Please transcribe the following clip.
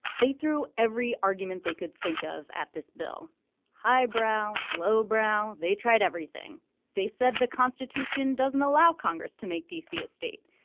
they threw every argument they could think of at this bill high brow low brow. they tried everything they said the constitution doesn't allow congress to make d c. a state.